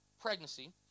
pregnancy